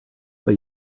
but